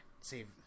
Save